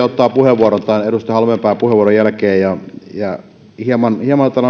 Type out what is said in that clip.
puheenvuoron edustaja halmeenpään puheenvuoron jälkeen hieman